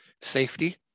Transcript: safety